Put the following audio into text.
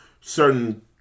certain